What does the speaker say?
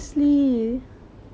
mm